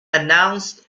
announced